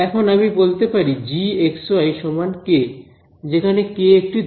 এখন আমি বলতে পারি gxyk যেখানে k একটি ধ্রুবক